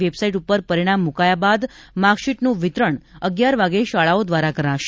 website ઉપર પરિણામ મુકાયા બાદ માર્કશીટનું વિતરણ અગિયાર વાગ્યે શાળાઓ દ્વારા કરાશે